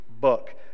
book